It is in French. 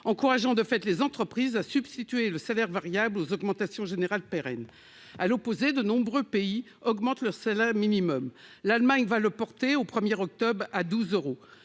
encourageant de fait les entreprises à substituer le salaire variable aux augmentations générales pérennes. À l'opposé, de nombreux pays augmentent le salaire horaire minimum. Ainsi, l'Allemagne le portera à 12 euros